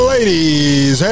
Ladies